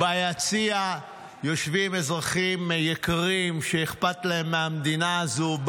ביציע יושבים אזרחים יקרים שאכפת להם מהמדינה הזו,